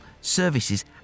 services